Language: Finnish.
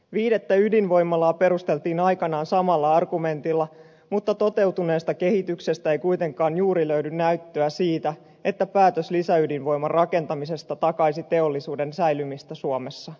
viidettä ydinvoimalaa perusteltiin aikanaan samalla argumentilla mutta toteutuneesta kehityksestä ei kuitenkaan juuri löydy näyttöä siitä että päätös lisäydinvoiman rakentamisesta takaisi teollisuuden säilymisen suomessa